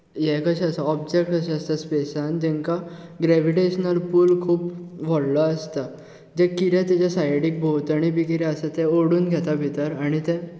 ए कशें एक ऑब्जेक्ट कशें आसता स्पेसांत जेंका ग्रॅविटेशनल पूल खूब व्हडलो आसता जे कितें तेच्या सायडीक भोंवतणी बी कितें आसा तें ओडून घेता भितर आनी ते